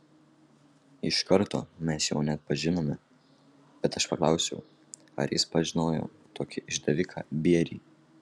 iš karto mes jo neatpažinome bet aš paklausiau ar jis pažinojo tokį išdaviką bierį